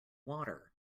water